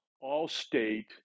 all-state